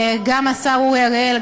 גם השר אורי אריאל,